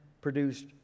produced